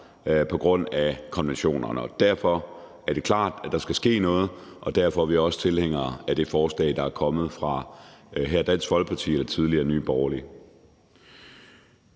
burde være her. Derfor er det klart, at der skal ske noget, og derfor er vi også tilhængere af det forslag, der er kommet fra Dansk Folkeparti her og tidligere fra Nye Borgerlige.